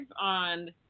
on